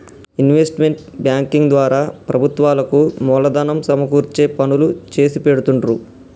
investment banking ద్వారా ప్రభుత్వాలకు మూలధనం సమకూర్చే పనులు చేసిపెడుతుండ్రు